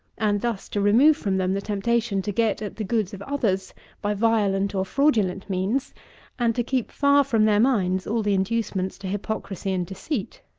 and thus to remove from them the temptation to get at the goods of others by violent or fraudulent means and to keep far from their minds all the inducements to hypocrisy and deceit.